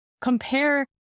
compare